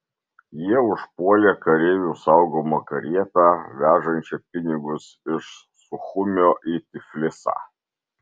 jie užpuolė kareivių saugomą karietą vežančią pinigus iš suchumio į tiflisą